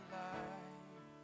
life